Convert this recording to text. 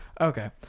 Okay